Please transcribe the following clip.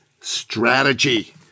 strategy